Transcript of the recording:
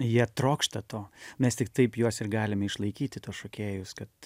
jie trokšta to mes tik taip juos ir galime išlaikyti tuos šokėjus kad